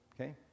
Okay